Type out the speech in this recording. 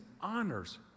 honors